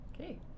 Okay